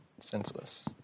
senseless